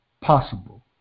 possible